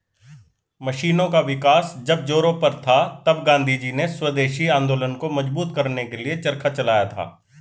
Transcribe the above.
मशीनों का विकास जब जोरों पर था तब गाँधीजी ने स्वदेशी आंदोलन को मजबूत करने के लिए चरखा चलाया था